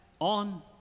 on